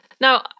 Now